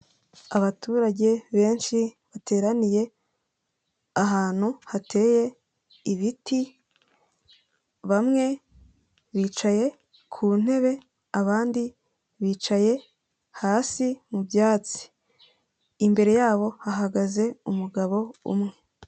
Abaturage benshi bateraniye ahantu hateye ibiti, bamwe bicaye ku ntebe abandi bicaye hasi mu byatsi, imbere yabo hahagaze umugabo umwe.